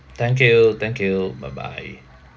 thank you thank you bye bye